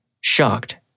shocked